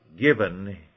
given